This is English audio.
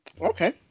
Okay